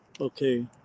okay